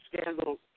scandal